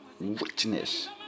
witness